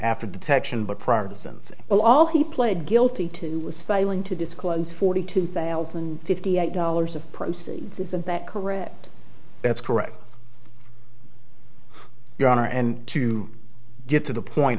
after detection but prior to since well all he pled guilty to was failing to disclose forty two thousand fifty eight dollars of proceeds isn't that correct that's correct your honor and to get to the point